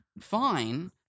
fine